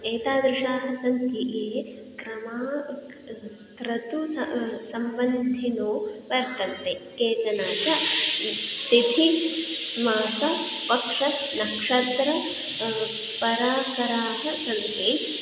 एतादृशाः सन्ति ये क्रमाः क्रतुः सः सम्बन्धिनो वर्तन्ते केचन च तिथिमासपक्षनक्षत्र प्रकाराः च सन्ति